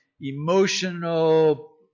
emotional